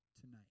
tonight